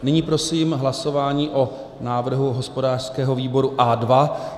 Nyní prosím hlasování o návrhu hospodářského výboru A2.